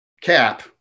cap